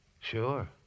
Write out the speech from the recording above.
sure